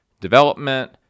development